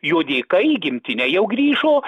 jo dėka į gimtinę jau grįžo